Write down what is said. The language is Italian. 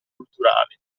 culturali